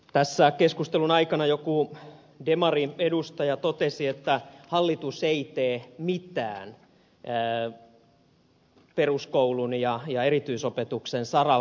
tässä keskustelun aikana joku demariedustaja totesi että hallitus ei tee mitään peruskoulun ja erityisopetuksen saralla